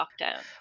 lockdown